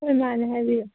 ꯍꯣꯏ ꯃꯥꯅꯦ ꯍꯥꯏꯕꯤꯌꯨ